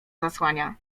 zasłania